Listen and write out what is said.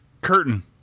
Curtain